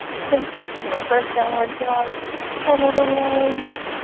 since this is your first downward dog pedal the legs